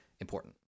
important